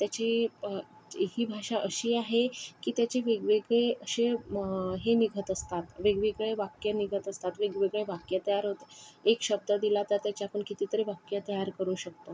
त्याची ही भाषा अशी आहे की त्याचे वेगवेगळे असे हे निघत असतात वेगवेगळे वाक्यं निघत असतात वेगवेगळे वाक्य तयार एक शब्द दिला तर त्याच्यातून कितीतरी वाक्यं तयार करू शकतो